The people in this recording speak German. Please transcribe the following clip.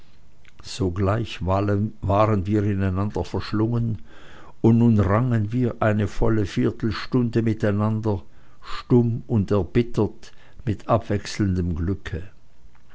sogleich waren wir ineinander verschlungen und nun rangen wir eine volle viertelstunde miteinander stumm und erbittert mit abwechselndem glücke